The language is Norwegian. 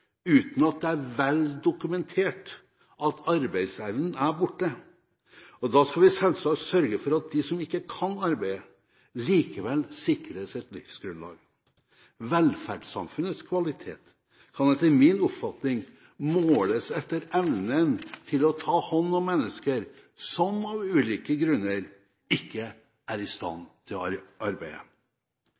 uten at det er vel dokumentert at arbeidsevnen er borte, og da skal vi selvsagt sørge for at de som ikke kan arbeide, likevel sikres et livsgrunnlag. Velferdssamfunnets kvalitet kan etter min oppfatning måles etter evnen til å ta hånd om mennesker som av ulike grunner ikke er i stand til å arbeide.